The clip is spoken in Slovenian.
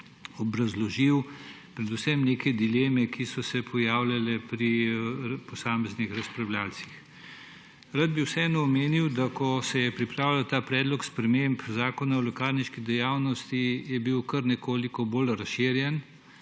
obrazložil predvsem neke dileme, ki so se pojavljale pri posameznih razpravljavcih. Rad bi vseeno omenil, da ko se je pripravljal ta predlog sprememb Zakona o lekarniški dejavnosti, je bil kar nekoliko bolj razširjen,